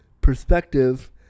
perspective